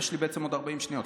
יש לי בעצם עוד 40 שניות,